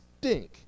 stink